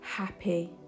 happy